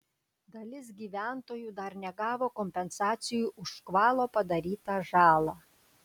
dalis gyventojų dar negavo kompensacijų už škvalo padarytą žalą